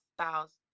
styles